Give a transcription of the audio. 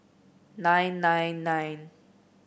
nine nine nine